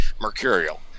mercurial